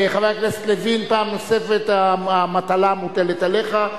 חבר הכנסת לוין, פעם נוספת המטלה מוטלת עליך.